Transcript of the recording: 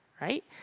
right